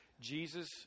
Jesus